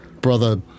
brother